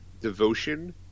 Devotion